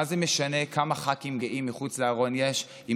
מה זה משנה כמה ח"כים גאים מחוץ לארון יש אם